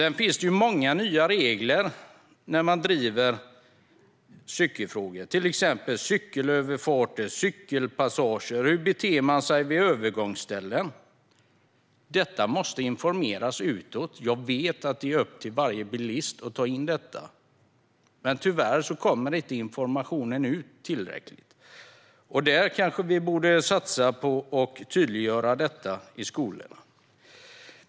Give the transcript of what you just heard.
Det finns många nya regler på området, till exempel för cykelöverfarter, cykelpassager och hur man beter sig vid övergångsställen. Informationen om detta måste spridas. Jag vet att det är upp till varje bilist att ta in detta, men informationen kommer tyvärr inte ut tillräckligt. Vi kanske borde satsa på att tydliggöra detta i skolorna.